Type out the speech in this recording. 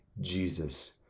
Jesus